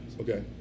Okay